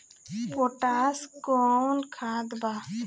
Potash कोउन खाद बा?